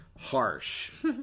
Harsh